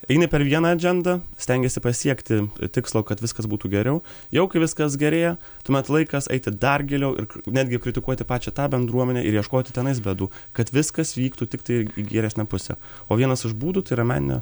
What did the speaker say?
eini per vieną adžendą stengiesi pasiekti tikslo kad viskas būtų geriau jau kai viskas gerėja tuomet laikas eiti dar giliau ir netgi kritikuoti pačią tą bendruomenę ir ieškoti tenais bėdų kad viskas vyktų tiktai į geresnę pusę o vienas iš būdų tai yra menine